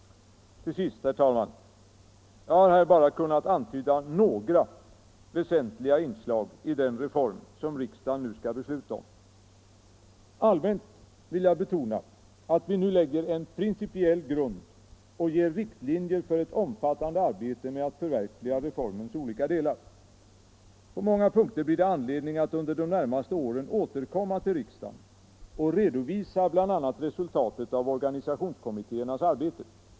Till sist, herr talman! Jag har här bara kunnat antyda några väsentliga inslag i den reform som riksdagen skall besluta om. Allmänt vill jag betona att vi nu lägger en principiell grund och ger riktlinjer för ett omfattande arbete med att förverkliga reformens olika delar. På många punkter blir det anledning att under de närmaste åren återkomma till riksdagen och redovisa bl.a. resultat av organisationskommittéernas arbete.